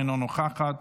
אינה נוכחת,